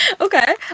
okay